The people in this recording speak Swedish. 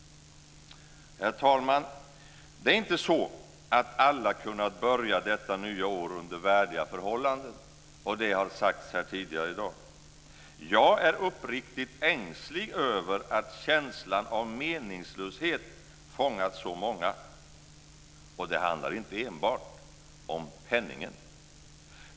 Herr talman! Det är inte så att alla kunnat börja detta nya år under värdiga förhållanden, och det har sagts här tidigare i dag. Jag är uppriktigt ängslig över att känslan av meningslöshet fångat så många, och det handlar inte enbart om penningen.